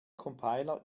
compiler